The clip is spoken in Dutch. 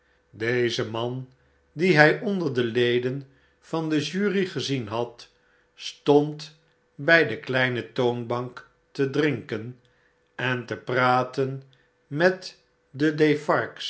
deze man dien hij onder de leden van de jury gezien had stond bij de kleine toonbank te dnnken en te praten met de